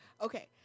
Okay